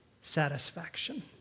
satisfaction